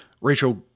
Rachel